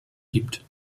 gibt